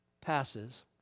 passes